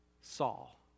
Saul